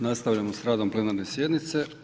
Nastavljamo s radom plenarne sjednice.